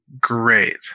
great